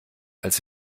als